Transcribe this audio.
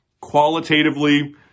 qualitatively